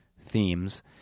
themes